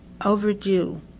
overdue